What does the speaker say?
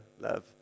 love